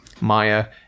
Maya